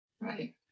Right